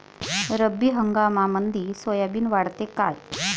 रब्बी हंगामामंदी सोयाबीन वाढते काय?